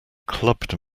clubbed